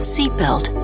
Seatbelt